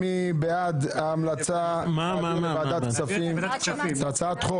מי בעד ההמלצה להעביר לוועדת הכספים את הצעת חוק